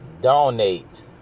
Donate